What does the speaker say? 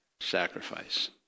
sacrifice